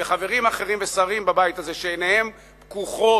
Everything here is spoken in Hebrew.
וחברים אחרים ושרים בבית הזה, שעיניהם פקוחות,